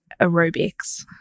aerobics